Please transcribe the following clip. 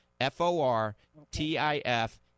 F-O-R-T-I-F